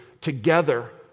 together